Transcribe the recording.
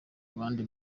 abandi